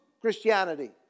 Christianity